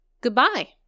Goodbye